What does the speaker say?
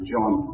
John